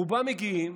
רובם מגיעים